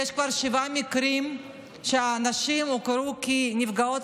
יש כבר שבעה מקרים שהנשים הוכרו כנפגעות